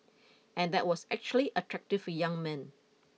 and that was actually attractive young men